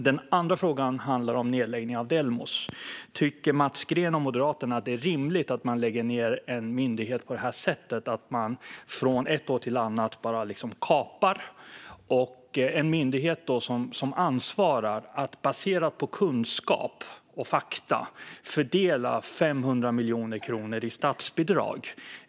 Den andra frågan handlar om nedläggningen av Delmos. Tycker Mats Green och Moderaterna att det är rimligt att man lägger ned en myndighet på det här sättet - att man från ett år till ett annat liksom bara kapar den? Det är en myndighet som ansvarar för att baserat på kunskap och fakta fördela 500 miljoner kronor i statsbidrag.